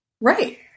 Right